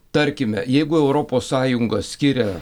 tarkime jeigu europos sąjunga skiria